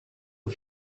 aux